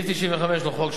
סעיף 95 לחוק,